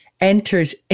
enters